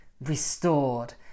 restored